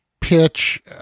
pitch